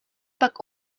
pak